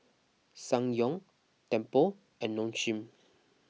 Ssangyong Tempur and Nong Shim